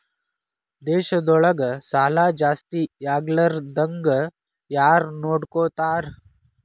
ದೇಶದೊಳಗ ಸಾಲಾ ಜಾಸ್ತಿಯಾಗ್ಲಾರ್ದಂಗ್ ಯಾರ್ನೊಡ್ಕೊತಾರ?